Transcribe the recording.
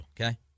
okay